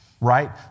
Right